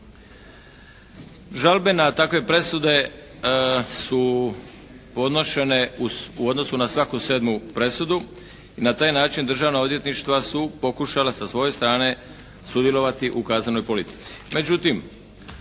Žalbe na takve presude su podnošene u odnosu na svaku sedmu presudu i na taj način državna odvjetništva su pokušala sa svoje strane sudjelovati u kaznenoj politici,